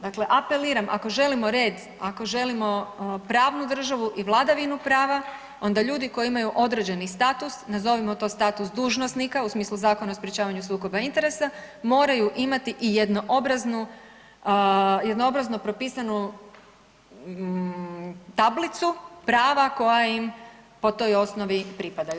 Dakle, apeliram ako želimo red, ako želimo pravnu državu i vladavinu prava onda ljudi koji imaju određeni status, nazovimo to status dužnosnika u smislu Zakona o sprječavanju sukoba interesa moraju imati i jednoobraznu, jednoobrazno propisanu tablicu prava koja im po toj osnovi pripadaju.